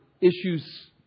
issues